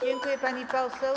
Dziękuję, pani poseł.